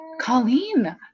Colleen